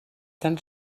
tan